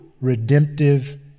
redemptive